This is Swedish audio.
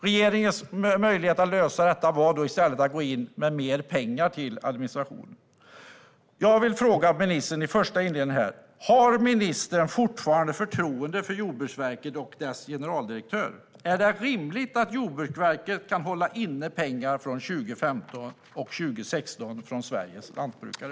Regeringens möjlighet att lösa detta var då att gå in med mer pengar till administrationen. Jag vill fråga ministern här i mitt första inlägg: Har ministern fortfarande förtroende för Jordbruksverket och dess generaldirektör? Är det rimligt att Jordbruksverket kan hålla inne pengar från 2015 och 2016 för Sveriges lantbrukare?